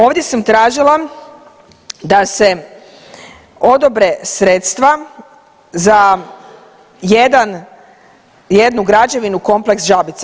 Ovdje sam tražila da se odobre sredstva za jednu građevinu, Kompleks Žabice.